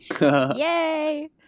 Yay